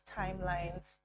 timelines